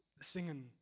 singing